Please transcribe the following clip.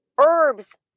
herbs